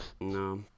No